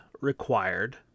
required